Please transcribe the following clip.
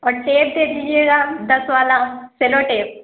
اور ٹیپ دے دیجیے گا دس والا سیلو ٹیپ